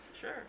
sure